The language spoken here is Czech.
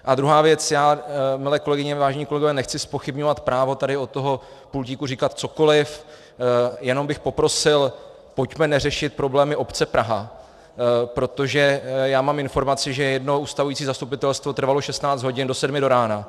A druhá věc, milé kolegyně, vážení kolegové, já nechci zpochybňovat právo tady od toho pultíku říkat cokoliv, jenom bych poprosil, pojďme neřešit problémy obce Praha, protože já mám informaci, že jedno ustavující zastupitelstvo trvalo 16 hodin do 7 do rána.